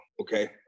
Okay